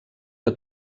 que